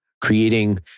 creating